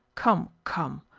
come, come!